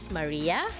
Maria